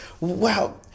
wow